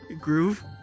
Groove